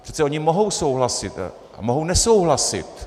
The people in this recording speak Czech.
Přece ony mohou souhlasit a mohou nesouhlasit.